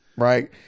Right